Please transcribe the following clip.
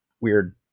weird